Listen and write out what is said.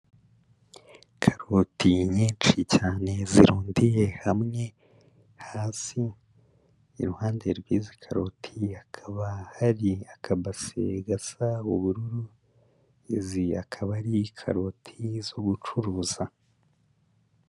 Karoti nyinshi cyane zirundiye hamwe hasi, iruhande rw'izi karoti hakaba hari akabase gasa ubururu, izi akaba ari karoti zo gucuruza.